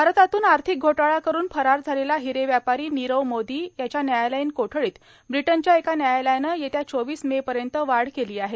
भारतातून आर्गुथक घोटाळा करून फरार झालेला हिरे व्यापारां नीरव मोदीं याच्या न्यायालयीन कोठडीत ब्रिटनच्या एका न्यायालयानं येत्या चोवीस मेपयत वाढ केलां आहे